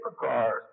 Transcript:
cars